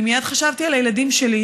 אני מייד חשבתי על הילדים שלי,